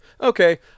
okay